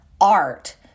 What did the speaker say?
art